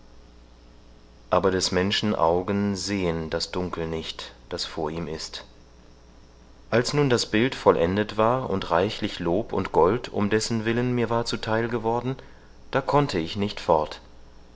aber des menschen augen sehen das dunkel nicht das vor ihm ist als nun das bild vollendet war und reichlich lob und gold um dessen willen mir zu theil geworden da konnte ich nicht fort